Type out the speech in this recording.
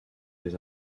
les